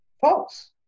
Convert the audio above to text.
false